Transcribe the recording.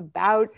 about